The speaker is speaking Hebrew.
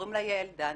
שקוראים לה יעל דן,